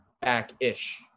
back-ish